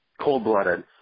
Cold-blooded